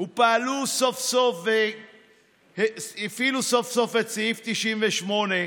והפעילו סוף-סוף את סעיף 98,